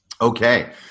Okay